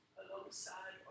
alongside